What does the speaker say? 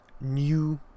new